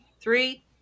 three